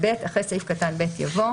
(ב) אחרי סעיף קטן (ב) יבוא